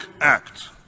act